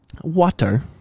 Water